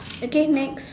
again next